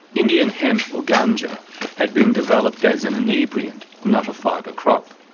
indian hemp or ganga had been developed as an inebriant, not a fibre crop.